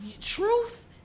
Truth